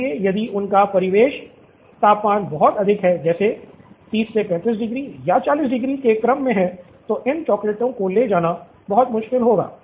इसलिए यदि उनका परिवेश तापमान बहुत अधिक है जैसे 30 35 डिग्री या 40 डिग्री के क्रम में हैं तो इन चॉकलेटों को ले जाना बहुत मुश्किल होगा